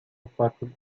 otwartym